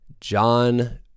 John